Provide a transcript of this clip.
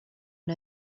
are